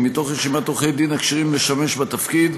מתוך רשימת עורכי דין הכשירים לשמש בתפקיד,